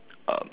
um